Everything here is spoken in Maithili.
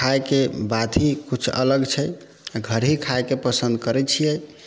खाइके बात ही कुछ अलग छै आओर घर ही खाइके पसन्द करै छियै